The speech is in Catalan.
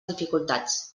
dificultats